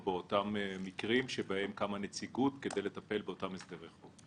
באותם מקרים שבהם קמה נציגות כדי לטפל באותם הסדרי חוב.